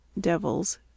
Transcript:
Devils